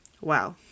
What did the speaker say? wow